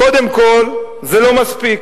קודם כול, זה לא מספיק.